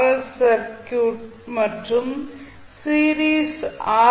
L circuit மற்றும் series R